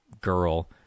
girl